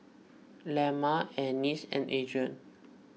Lemma Ennis and Adrien